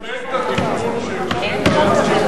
אני מקבל את התיקון שוועדת שרים לחקיקה תמכה.